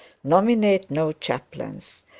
nominate no chaplains,